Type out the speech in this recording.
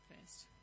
first